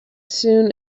soon